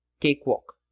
cakewalk